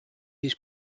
his